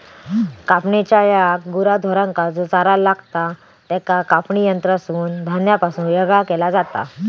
कापणेच्या येळाक गुरा ढोरांका जो चारो लागतां त्याका कापणी यंत्रासून धान्यापासून येगळा केला जाता